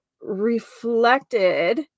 Reflected